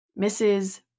Mrs